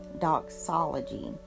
doxology